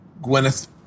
gwyneth